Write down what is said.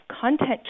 content